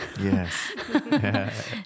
Yes